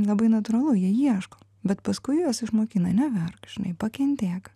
labai natūralu jie ieško bet paskui juos išmokina neverk žinai pakentėk